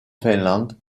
finlande